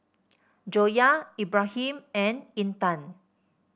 Joyah Ibrahim and Intan